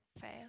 fail